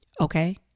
Okay